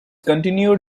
continued